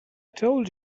told